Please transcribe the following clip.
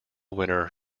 winner